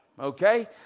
okay